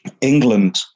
England